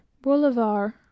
Boulevard